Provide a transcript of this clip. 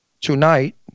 Tonight